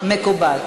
מקובל.